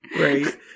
Right